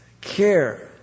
care